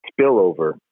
spillover